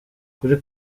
kuri